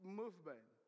movement